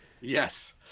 yes